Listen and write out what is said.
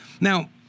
Now